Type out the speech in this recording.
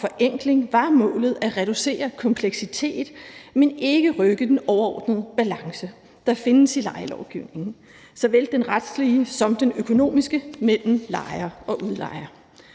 var målet at reducere kompleksiteten, men ikke rykke den overordnede balance, der findes i lejelovgivningen, såvel den retslige som den økonomiske mellem lejere og udlejere.